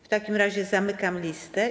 W takim razie zamykam listę.